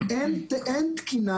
יש תקינה